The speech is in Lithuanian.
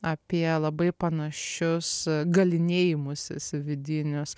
apie labai panašius galynėjimusis vidinius